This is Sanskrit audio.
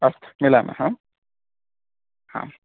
अस्तु मिलामः ह